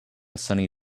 sunny